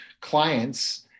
clients